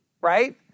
right